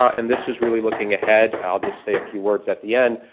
ah and this is really looking ahead, i'll just say a few words at the end.